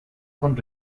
con